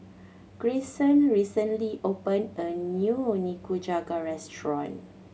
Greyson recently opened a new Nikujaga restaurant